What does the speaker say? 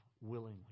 willingly